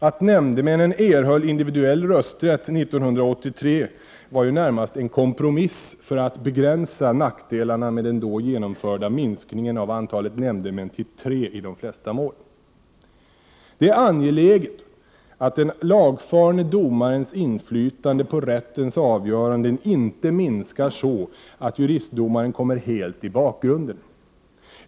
Att nämndemännen erhöll individuell rösträtt 1983 var ju närmast en kompromiss för att begränsa nackdelarna med den då genomförda minskningen av antalet nämndemän till tre i de flesta mål. Det är angeläget att den lagfarne domarens inflytande på rättens avgöranden inte minskar så att juristdomaren kommer helt i bakgrunden.